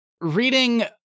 reading